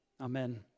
Amen